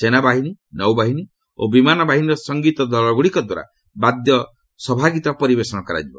ସେନାବାହିନୀ ନୌବାହିନୀ ଓ ବିମାନ ବାହିନୀର ସଙ୍ଗୀତ ଦଳଗୁଡ଼ିକଦ୍ୱାରା ବାଦ୍ୟ ସଭ୍ଗୀତ ପରିବେଷଣ କରାଯିବ